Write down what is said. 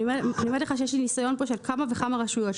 יש לי ניסיון עם כמה וכמה רשויות,